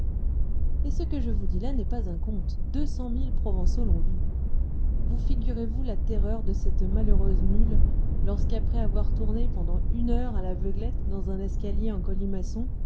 et ce que je vous dis là n'est pas un conte deux cent mille provençaux l'ont vu vous figurez-vous la terreur de cette malheureuse mule lorsque après avoir tourné pendant une heure à l'aveuglette dans un escalier en colimaçon